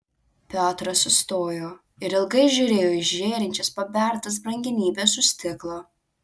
piotras sustojo ir ilgai žiūrėjo į žėrinčias pabertas brangenybes už stiklo